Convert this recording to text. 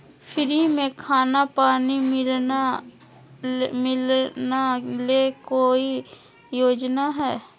Free में खाना पानी मिलना ले कोइ योजना हय?